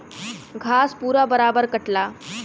घास पूरा बराबर कटला